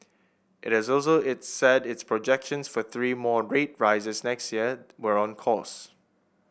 it is also it said its projections for three more a grade rises next year were on course